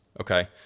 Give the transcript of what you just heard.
okay